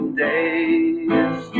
days